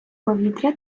повітря